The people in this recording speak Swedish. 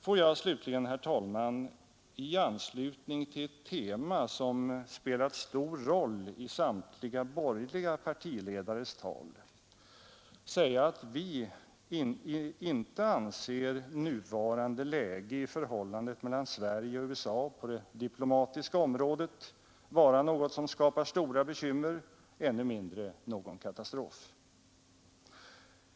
Får jag slutligen, herr talman, i anslutning till ett tema som spelat stor roll i samtliga borgerliga partiledares tal säga att vi inte anser nuvarande läge i förhållandet mellan Sverige och USA på det diplomatiska området vara något som skapar stora bekymmer, ännu mindre någon katastrof.